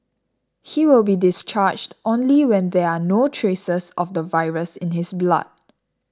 he will be discharged only when there are no traces of the virus in his blood